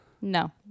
No